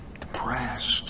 depressed